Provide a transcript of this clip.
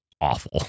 awful